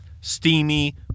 steamy